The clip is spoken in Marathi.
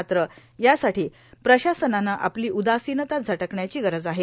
मात्र यासाठो प्रशासनान आपलो उदासीनता झटकण्याची गरज आहे